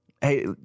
Hey